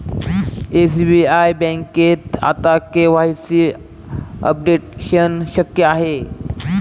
SBI बँकेत आता KYC updation शक्य आहे